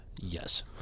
Yes